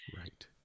Right